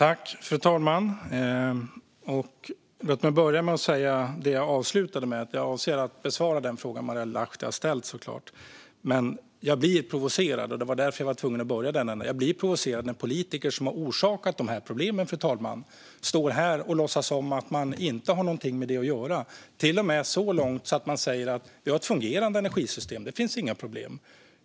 Fru talman! Låt mig börja där jag slutade. Jag avser såklart att besvara den fråga Marielle Lahti har ställt. Men jag blir provocerad - det var därför jag var tvungen att börja i den ändan - när politiker som har orsakat dessa problem, fru talman, står här och låtsas som att man inte har någonting med det att göra. Man går till och med så långt som att säga att vi har ett fungerande energisystem och att det inte finns några problem.